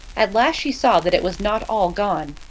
at last she saw that it was not all gone.